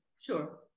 Sure